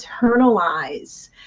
internalize